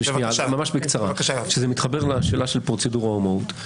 זה מתחבר לשאלה של פרוצדורה או מהות.